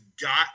got